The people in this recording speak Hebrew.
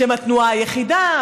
שהם התנועה היחידה,